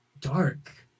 dark